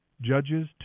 Judges